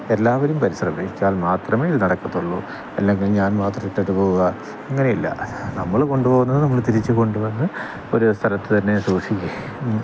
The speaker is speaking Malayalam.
എല്ലാവരും പരിശ്രമിച്ചാൽ മാത്രമേ ഇതു നടക്കത്തുള്ളൂ അല്ലെങ്കിൽ ഞാൻ മാത്രം ഇട്ടിട്ട് പോവുക അങ്ങനെയില്ല നമ്മള് കൊണ്ടുപോവുന്നത് നമ്മള് തിരിച്ചുകൊണ്ടുവന്ന് ഒരേ സ്ഥലത്തുതന്നെ സൂക്ഷിക്കുക ഒക്കെ ചെയ്യും